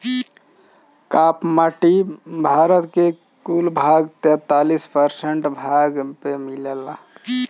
काप माटी भारत के कुल भाग के तैंतालीस प्रतिशत भाग पे मिलेला